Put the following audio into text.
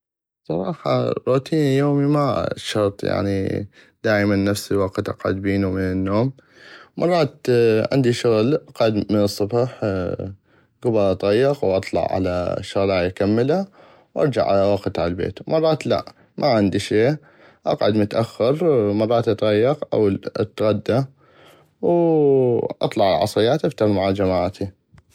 بصراحة روتيني اليومي ما شرط يعني دائمن نفس الوقت اقعد بينو من النوم مرات عندي شغل اقعد من الصبح كبل اتغيق واطع على شغلاي اكملى وارجع على وقت على البيت ومرات لا ما عندي شي اقعد متاخر مرات اتغيق او اتغدا واطلع العصغيات افتر مع جماعتي.